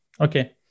Okay